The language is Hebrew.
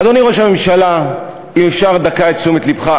אדוני ראש הממשלה, אם אפשר רגע את תשומת לבך.